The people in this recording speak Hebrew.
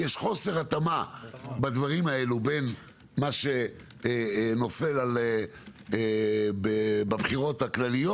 יש חוסר התאמה בדברים האלה בין מה שנופל בבחירות הכלליות.